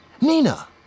Nina